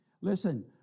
Listen